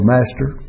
Master